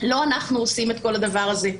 לא אנחנו עושים את כל הדבר הזה.